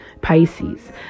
pisces